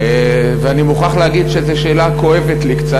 ואני מוכרח להגיד שזו שאלה שכואבת לי קצת,